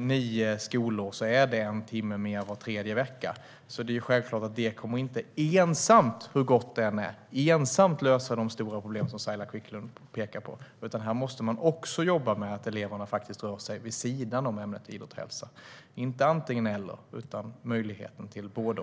nio skolår innebär förslaget en timme mer var tredje vecka, så det kommer naturligtvis inte ensamt - hur gott det än är - att lösa de stora problem som Saila Quicklund pekar på. Man måste också jobba med att eleverna rör sig vid sidan av ämnet idrott och hälsa. Det handlar inte om antingen eller utan om möjligheten till både och.